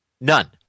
None